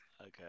Okay